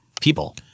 people